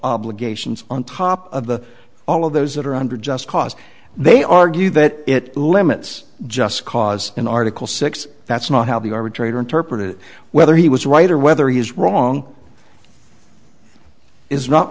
obligations on top of the all of those that are under just cause they argue that it limits just cause in article six that's not how the arbitrator interpret it whether he was right or whether he is wrong is not